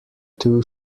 too